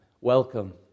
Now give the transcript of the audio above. Welcome